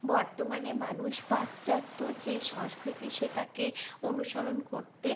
বর্তমানে মানুষ পাশ্চাত্য যে সংস্কৃতি সেটাকে অনুসরণ করতে